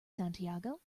santiago